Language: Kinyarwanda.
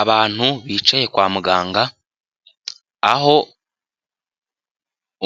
Abantu bicaye kwa muganga aho